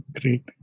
Great